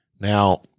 Now